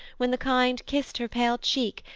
when the kind kissed her pale cheek,